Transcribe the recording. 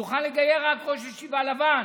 יוכל לגייר רק ראש ישיבה לבן,